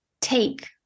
take